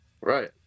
right